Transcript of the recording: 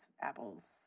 apples